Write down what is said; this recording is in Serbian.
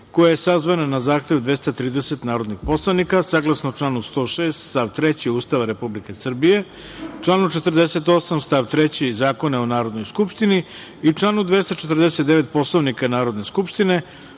koja je sazvana na zahtev 230 narodnih poslanika, saglasno članu 106. stav 3. Ustava Republike Srbije, članu 48. stav 3. Zakona o Narodnoj skupštini i članu 249. Poslovnika Narodne skupštine,